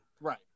Right